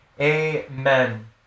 Amen